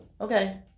okay